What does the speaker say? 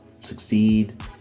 succeed